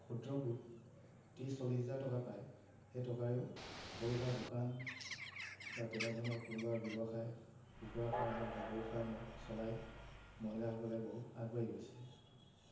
খুদ্ৰ গোট ত্ৰিছ চল্লিছ হাজাৰ টকা পায় সেই টকাৰেও সৰুসুৰা দোকান বা তেনেধৰণৰ কোনোবা ব্যৱসায় কুকুৰা ফাৰ্ম হওক গাহৰি ফাৰ্ম হওক চলাই মহিলাসকলে বহুত আগবাঢ়ি গৈছে